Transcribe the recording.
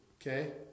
okay